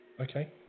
Okay